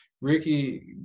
Ricky